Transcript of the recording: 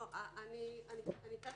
צריכה